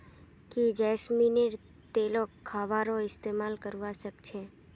की जैस्मिनेर तेलक खाबारो इस्तमाल करवा सख छ